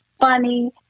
funny